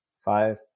Five